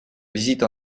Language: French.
visite